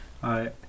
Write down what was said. Hi